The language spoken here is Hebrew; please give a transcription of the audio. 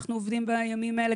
אנחנו עובדים בימים האלה,